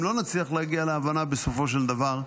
אם לא נצליח להגיע להבנה בסופו של דבר,